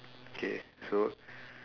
okay so